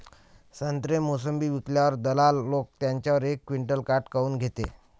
संत्रे, मोसंबी विकल्यावर दलाल लोकं त्याच्यावर एक क्विंटल काट काऊन घेते?